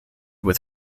with